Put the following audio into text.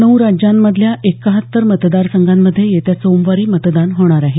नऊ राज्यांमधल्या एकूण एक्काहत्तर मतदारसंघांमधे येत्या सोमवारी मतदान होणार आहे